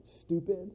stupid